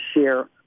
share